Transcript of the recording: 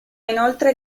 inoltre